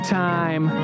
time